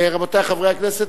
רבותי חברי הכנסת,